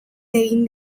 egin